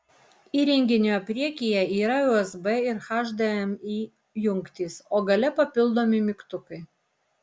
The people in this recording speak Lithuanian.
įrenginio priekyje yra usb ir hdmi jungtys o gale papildomi mygtukai